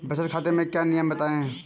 बचत खाते के क्या नियम हैं बताएँ?